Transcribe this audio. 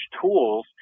tools